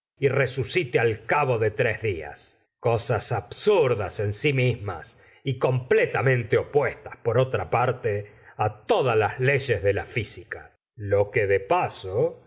y resucite al cabo de tres días cosas absurdas en si mismas y completamente opuestas por otra parte todas las leyes de la física lo que de paso